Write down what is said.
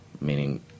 meaning